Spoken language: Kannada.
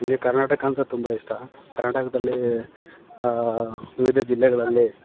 ನನಗೆ ಕರ್ನಾಟಕ ಅಂದರೆ ತುಂಬ ಇಷ್ಟ ಕರ್ನಾಟಕದಲ್ಲಿ ವಿವಿಧ ಜಿಲ್ಲೆಗಳಲ್ಲಿ